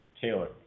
Taylor